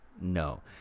no